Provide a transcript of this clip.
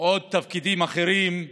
ועוד תפקידים בצה"ל.